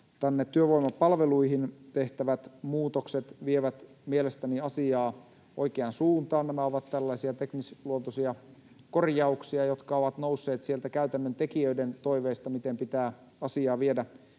työvoimapalveluihin tehtävät muutokset vievät mielestäni asiaa oikeaan suuntaan. Nämä ovat tällaisia teknisluontoisia korjauksia, jotka ovat nousseet sieltä käytännön tekijöiden toiveista siitä, miten pitää asiaa viedä